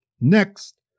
Next